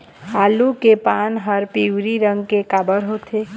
आलू के पान हर पिवरी रंग के काबर होथे?